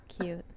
Cute